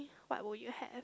what would you have